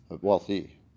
wealthy